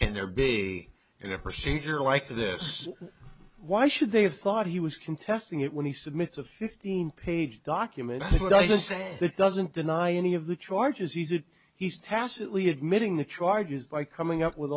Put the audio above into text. can there be in a procedure like this why should they have thought he was contesting it when he submits a fifteen page document that doesn't deny any of the charges he's it he's tacitly admitting the charges by coming up with